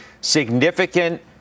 significant